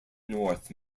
north